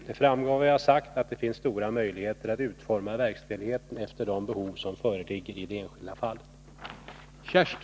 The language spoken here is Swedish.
Det framgår av vad jag har sagt att det finns stora möjligheter att utforma verkställigheten efter de behov som föreligger i det enskilda fallet.